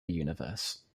universe